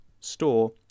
store